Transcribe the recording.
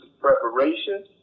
preparation